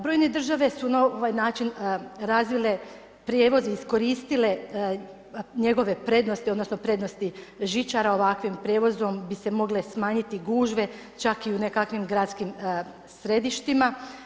Brojne države su na ovaj način razvile prijevoz i iskoristile njegove prednosti odnosno prednosti žičare, ovakvim prijevozom bi se mogle smanjiti gužve čak i u nekakvim gradskim središtima.